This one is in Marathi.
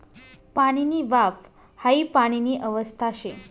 पाणीनी वाफ हाई पाणीनी अवस्था शे